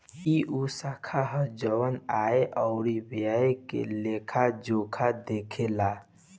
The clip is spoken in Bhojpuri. ई उ शाखा ह जवन आय अउरी व्यय के लेखा जोखा देखेला